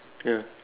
ya